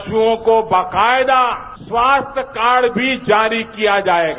पशुओं को बकायदा स्वास्थ्य कार्ड भी जारी किया जायेगा